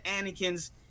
Anakin's